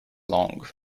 long